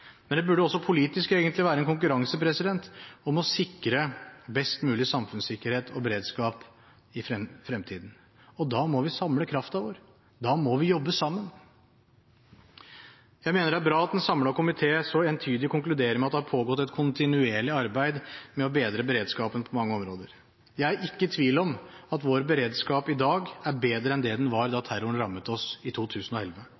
Men det burde også politisk, egentlig, være en konkurranse om å sikre best mulig samfunnssikkerhet og beredskap i fremtiden, og da må vi samle kraften vår, da må vi jobbe sammen. Jeg mener det er bra at en samlet komité så entydig konkluderer med at det har pågått et kontinuerlig arbeid med å bedre beredskapen på mange områder. Jeg er ikke i tvil om at vår beredskap i dag er bedre enn det den var da terroren rammet oss i 2011.